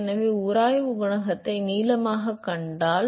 எனவே உராய்வு குணகத்தை நீளமாக கண்டால்